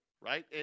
right